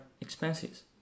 expenses